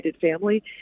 family